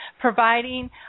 providing